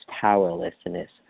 powerlessness